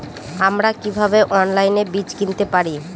আমরা কীভাবে অনলাইনে বীজ কিনতে পারি?